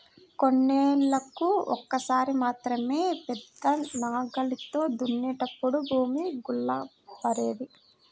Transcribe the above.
కొన్నేళ్ళకు ఒక్కసారి మాత్రమే పెద్ద నాగలితో దున్నినప్పుడు భూమి గుల్లబారేది